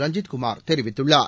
ரஞ்சித் குமார் தெரிவித்துள்ளார்